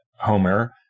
Homer